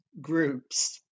groups